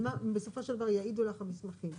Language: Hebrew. בסופו של דבר יעידו לך המסמכים.